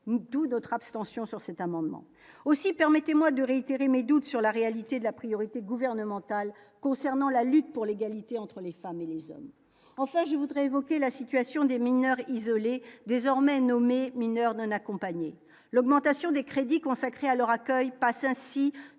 d'où d'autres abstention sur cet amendement aussi permettez-moi de réitérer mes doutes sur la réalité de la priorité gouvernementale concernant la lutte pour l'égalité entre les familles, en fait, je voudrais évoquer la situation des mineurs isolés, désormais nommé mineurs non accompagnés, l'augmentation des crédits consacrés à leur accueil passe ainsi